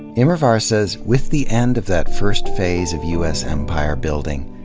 immerwahr says, with the end of that first phase of u s. empire-building,